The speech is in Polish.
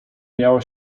miała